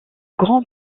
grand